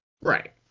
Right